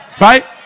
Right